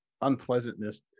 unpleasantness